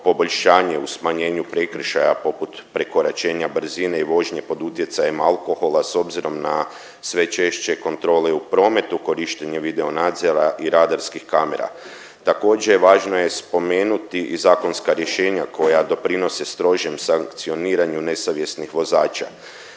u smanjenju prekršaja poput prekoračenja brzine i vožnje pod utjecajem alkohola s obzirom na sve češće kontrole u prometu, korištenje video nadzora i radarskih kamera. Također važno je spomenuti i zakonska rješenja koja doprinose strožem sankcioniranju nesavjesnih vozača.